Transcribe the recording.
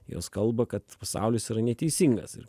jos kalba kad pasaulis yra neteisingas ir